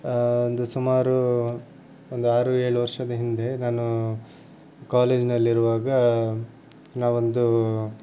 ಒಂದು ಸುಮಾರು ಒಂದು ಆರು ಏಳು ವರ್ಷದ ಹಿಂದೆ ನಾನು ಕಾಲೇಜ್ನಲ್ಲಿರುವಾಗ ನಾವೊಂದು